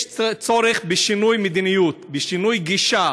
יש צורך בשינוי מדיניות, בשינוי גישה.